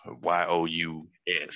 y-o-u-s